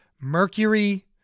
mercury